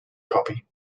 copy